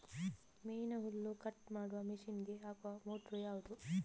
ಮೇವಿನ ಹುಲ್ಲು ಕಟ್ ಮಾಡುವ ಮಷೀನ್ ಗೆ ಹಾಕುವ ಮೋಟ್ರು ಯಾವುದು?